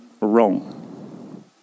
wrong